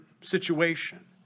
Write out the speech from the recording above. situation